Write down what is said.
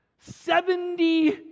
Seventy